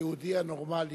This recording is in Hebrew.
היהודי הנורמלי